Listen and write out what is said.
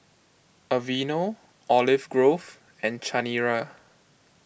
Aveeno Olive Grove and Chanira